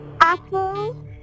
Apple